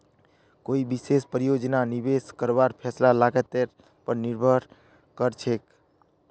कोई विशेष परियोजनात निवेश करवार फैसला लागतेर पर निर्भर करछेक